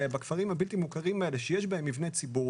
הלא מוכרים האלה שיש בהם מבני ציבור,